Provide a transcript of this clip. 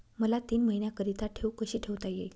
मला तीन महिन्याकरिता ठेव कशी ठेवता येईल?